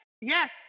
yes